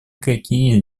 какие